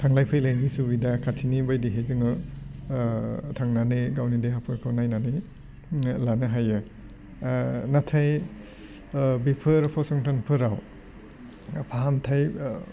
थांनाय फैलायनि सुबिदा खाथिनि बायदिहाय जोङो थांनानै गावनि देहाफोरखौ नायनानै लानो हायो नाथाय बेफोर फसंथानफोराव फाहामथाइ